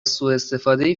سوءاستفاده